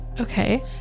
Okay